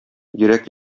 йөрәк